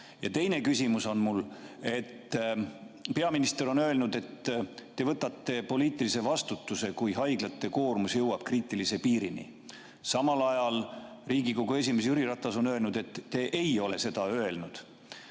Teine küsimus on mul see. Peaminister on öelnud, et te võtate poliitilise vastutuse, kui haiglate koormus jõuab kriitilise piirini. Riigikogu esimees Jüri Ratas on öelnud, et te ei ole seda öelnud.